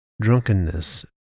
Drunkenness